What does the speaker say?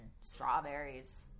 strawberries